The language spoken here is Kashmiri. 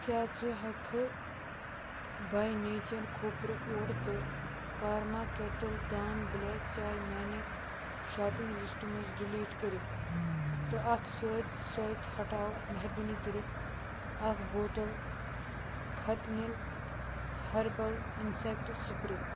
کیٛاہ ژٕ ہٮ۪کہٕ کھہٕ بَے نیچر کھوٗپرٕ اوٹ تہٕ کارما کٮ۪ٹٕل دان بٕلیک چاے میٛانہِ شاپِنٛگ لِسٹ منٛز ڈِلیٹ کٔرِتھ تہٕ اَتھ سۭتۍ سۭتۍ ہٹاو مہربٲنی کٔرِتھ اَکھ بوٹَل ختنِل ۂربَل اِنسٮ۪کٹ سٕپرے